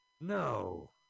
No